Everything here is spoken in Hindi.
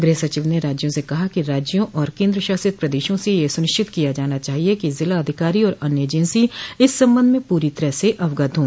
गृह सचिव ने राज्यों से कहा कि राज्यों और केन्द्रशासित प्रदेशों से यह सुनिश्चित किया जाना चाहिए कि जिला अधिकारी और अन्य एजेंसी इस सबंध में पूरी तरह से अवगत हों